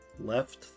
left